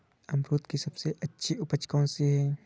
अमरूद की सबसे अच्छी उपज कौन सी है?